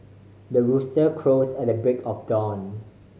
the rooster crows at the break of dawn